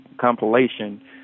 compilation